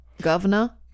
governor